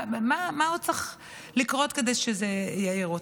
מה עוד צריך לקרות כדי שזה יעיר אותנו?